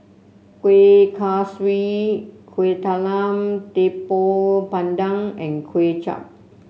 Kueh Kaswi Kuih Talam Tepong Pandan and Kuay Chap